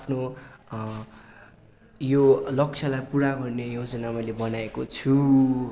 आफ्नो यो लक्ष्यलाई पुरा गर्ने योजना मैले बनाएको छु